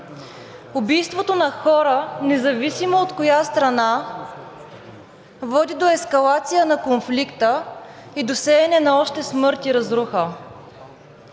Убийството на хора независимо от коя страна води до ескалация на конфликта и до сеене на още смърт и разруха.